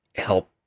help